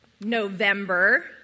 November